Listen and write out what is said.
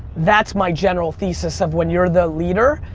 that's my general thesis of when you're the leader,